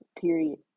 period